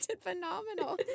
phenomenal